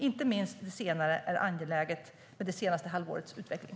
Inte minst det senare är angeläget med tanke på det senaste halvårets utveckling.